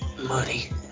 Money